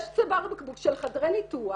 יש צוואר בקבוק של חדרי ניתוח